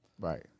Right